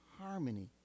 harmony